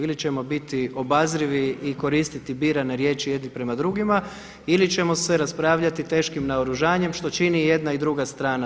Ili ćemo biti obazrivi i koristiti birane riječi jedni prema drugima ili ćemo se raspravljati teškim naoružanjem što čini i jedna i druga strana.